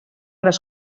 les